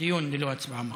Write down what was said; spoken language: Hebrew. דיון ללא הצבעה מחר.